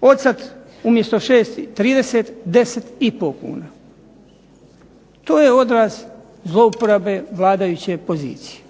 Ocat umjesto 6,30 je 10,5 kuna. To je odraz zlouporabe vladajuće pozicije